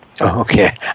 okay